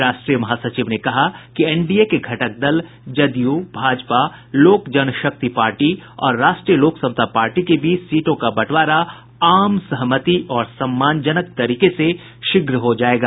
राष्ट्रीय महासचिव ने कहा कि एनडीए के घटक दल Janata Dal U Bharatiya Janata Party Lok Janshakti Party और राष्ट्रीय लोक समता पार्टी के बीच सीटों का बंटवारा आम सहमति और सम्मानजनक तरीके से शीघ्र हो जायेगा